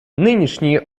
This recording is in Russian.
нынешние